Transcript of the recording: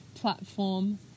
platform